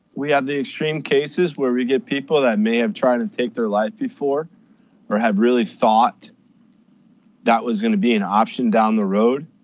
we have ah the extreme cases where we get people that may have tried to take their life before or had really thought that was going to be an option down the road,